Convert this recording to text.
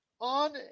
on